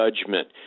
judgment